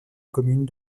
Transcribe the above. commune